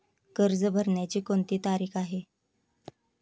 कर्ज भरण्याची कोणती तारीख आहे?